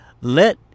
let